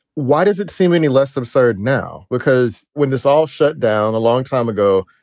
why does it seem any less absurd now? because when this all shut down a long time ago,